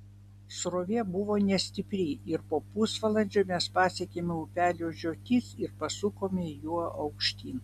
srovė buvo nestipri ir po pusvalandžio mes pasiekėme upelio žiotis ir pasukome juo aukštyn